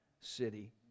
city